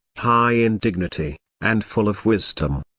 high in dignity, and full of wisdom,